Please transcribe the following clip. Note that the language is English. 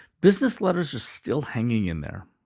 business letters are still hanging in there.